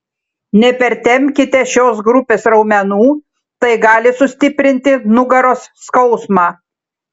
nepertempkite šios grupės raumenų tai gali sustiprinti nugaros skausmą